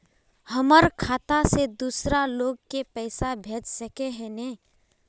हमर खाता से दूसरा लोग के पैसा भेज सके है ने?